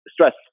stress